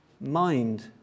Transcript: mind